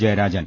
Jayarajan